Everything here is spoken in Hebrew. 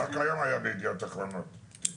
רק היום פורסם ב"ידיעות אחרונות" שאנשים